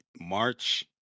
March